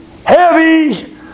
Heavy